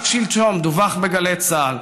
רק שלשום דווח בגלי צה"ל: